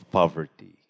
poverty